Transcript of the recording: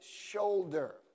shoulder